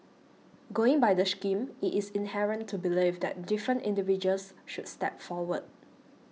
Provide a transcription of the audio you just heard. going by the scheme it is inherent to believe that different individuals should step forward